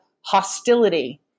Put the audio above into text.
hostility